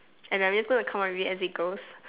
and I'm just going to come out of it and say girls